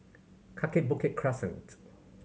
Kaki Bukit Crescent